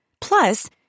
Plus